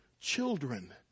children